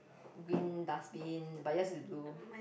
green dustbin but yours is blue